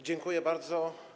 Dziękuję bardzo.